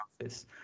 office